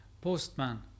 postman